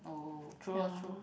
oh true ah true